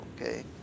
okay